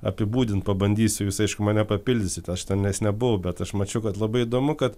apibūdint pabandysiu jūs aišku mane papildysit aš tenais nebuvau bet aš mačiau kad labai įdomu kad